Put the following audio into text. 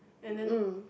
and then